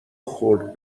خورد